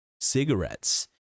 cigarettes